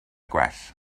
gwell